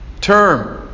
term